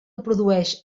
produeix